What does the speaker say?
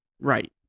Right